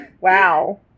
Wow